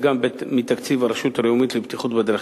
גם בתקציב הרשות הלאומית לבטיחות בדרכים.